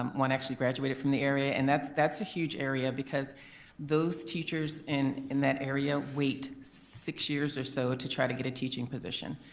um one actually graduated from the area and that's that's a huge area because those teachers in in that area wait six years or so to try to get a teaching position.